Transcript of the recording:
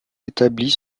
établies